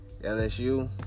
LSU